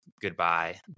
goodbye